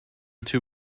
two